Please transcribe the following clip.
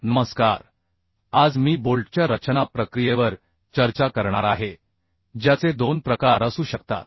नमस्कार आज मी बोल्टच्या रचना प्रक्रियेवर चर्चा करणार आहे ज्याचे दोन प्रकार असू शकतात